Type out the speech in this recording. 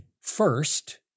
first